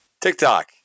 TikTok